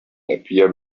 appear